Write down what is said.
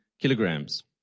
kilograms